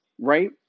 right